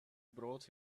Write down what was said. brought